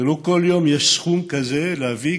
ולא כל יום יש סכום כזה להביא.